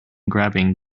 grabbing